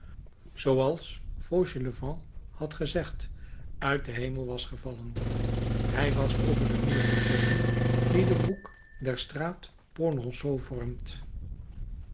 zooals fauchelevent had gezegd uit den hemel was gevallen hij was over den muur geklommen die den hoek der straat polonceau vormt